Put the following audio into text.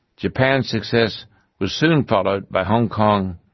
japan's success was soon followed by hong kong,